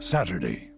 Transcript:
Saturday